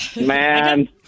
Man